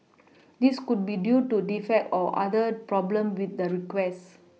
this could be due to defect or other problem with the request